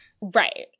right